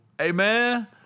amen